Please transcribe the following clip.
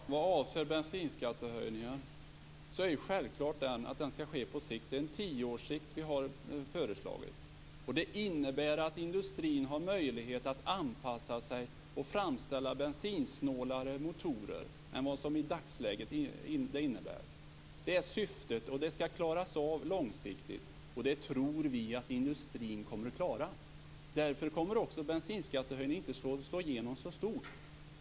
Fru talman! Vad avser bensinskattehöjningen är det självklart att den skall ske på sikt. Vi har föreslagit en sikt på tio år. Det innebär att industrin har möjlighet att anpassa sig och framställa bensinsnålare motorer än i dagsläget. Det är syftet, och det skall klaras av långsiktigt. Det tror vi också att industrin kommer att klara. Därför kommer inte heller bensinskattehöjningen att slå så hårt.